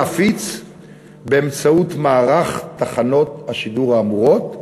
להפיץ באמצעות מערך תחנות השידור האמורות,